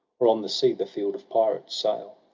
or on the sea, the field of pirates, sail.